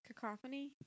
cacophony